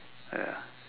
ya